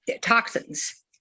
toxins